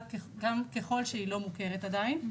ככל שהיא לא מוכרת עדיין,